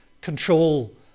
control